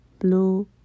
blue